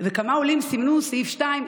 וכמה עולים סימנו סעיף 2,